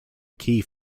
key